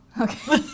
Okay